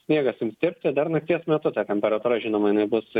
sniegas ims tirpti dar nakties metu ta temperatūra žinoma jinai bus